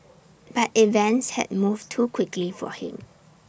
but events had moved too quickly for him